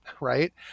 Right